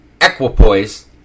equipoise